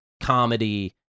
comedy